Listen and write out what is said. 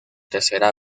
tercera